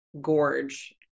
gorge